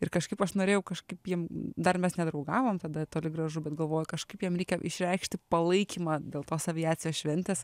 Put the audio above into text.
ir kažkaip aš norėjau kažkaip jiem dar mes nedraugavom tada toli gražu bet galvoju kažkaip jiem reikia išreikšti palaikymą dėl tos aviacijos šventės